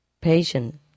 Patient